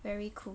very cool